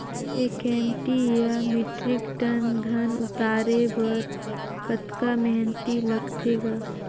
एक एम.टी या metric tonne धन उतारे बर कतका मेहनती लगथे ग?